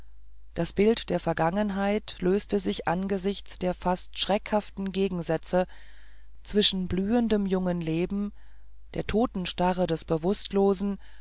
das bild der vergangenheit löste sich angesichts der fast schreckhaften gegensätze zwischen blühendem jungen leben der totenstarre des bewußtlosen